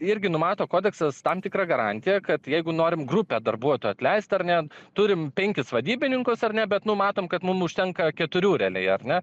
irgi numato kodeksas tam tikrą garantiją kad jeigu norim grupę darbuotojų atleist ar ne turim penkis vadybininkus ar ne bet nu matom kad mum užtenka keturių realiai ar ne